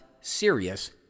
serious